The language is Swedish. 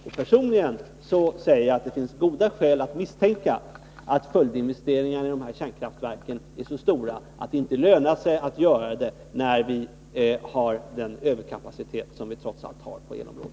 Och personligen säger jag att det finns goda skäl att misstänka att följdinvesteringarna i dessa kärnkraftverk är så stora att det inte lönar sig att göra dem när vi har den överkapacitet som vi trots allt har på elområdet.